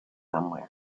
nearby